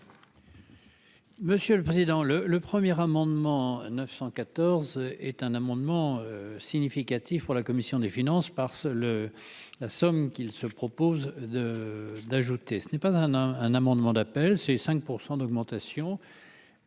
Monsieur le président, le le premier amendement 914 est un amendement significatif pour la commission des finances par le la somme qu'il se propose de d'ajouter : ce n'est pas un un, un amendement d'appel, c'est 5 % d'augmentation